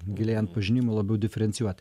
gilėjant pažinimui labiau diferencijuot